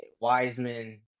Wiseman